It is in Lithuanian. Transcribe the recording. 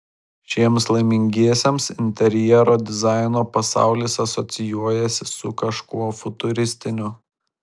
šiems laimingiesiems interjero dizaino pasaulis asocijuojasi su kažkuo futuristiniu